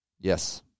Yes